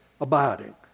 abiding